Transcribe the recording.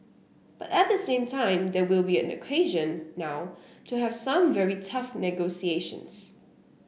but at the same time there will be an occasion now to have some very tough negotiations